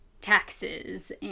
taxes